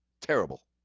Terrible